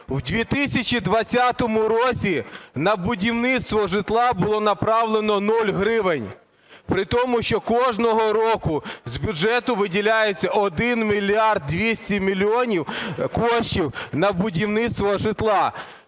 У 2020 році на будівництво житла було направлено нуль гривень, притому, що кожного року з бюджету виділяється 1 мільярд 200 мільйонів коштів на будівництво житла.